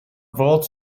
brought